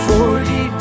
Forty